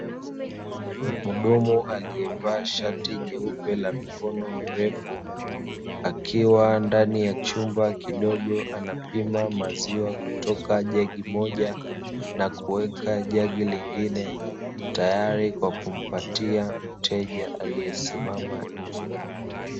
Mhudumu aliyevaa shati jeupe la mikono mirefu, akiwa ndani ya chumba kidogo anapima maziwa kutoka jagi moja na kuweka jagi lengine tayari kwa kumpatia mteja aliyesimama nje.